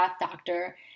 doctor